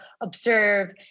observe